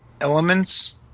elements